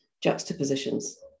juxtapositions